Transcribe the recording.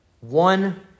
one